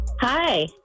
Hi